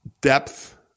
depth